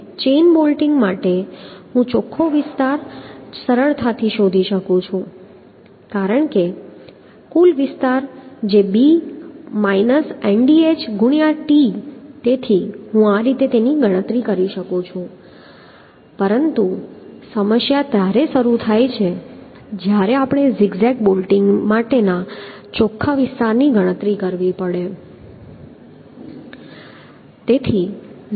તેથી chain bolting માટે હું ચોખ્ખો વિસ્તાર સરળતાથી શોધી શકું છું કારણ કે કુલ વિસ્તાર જે t તેથી હું આ રીતે ગણતરી કરી શકું છું પરંતુ સમસ્યા ત્યારે શરૂ થાય છે જ્યારે આપણે ઝિગ ઝેગ બોલ્ટિંગ માટેનો ચોખ્ખા વિસ્તારની ગણતરી કરવી પડે